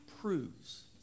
proves